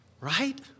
Right